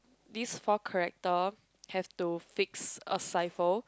this four character have to fix a cipher